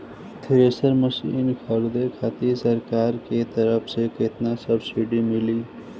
Thresher machine खरीदे खातिर सरकार के तरफ से केतना सब्सीडी मिली?